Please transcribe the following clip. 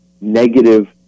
negative